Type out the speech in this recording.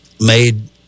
made